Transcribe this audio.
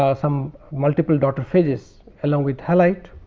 ah some multiple daughter phases along with halite.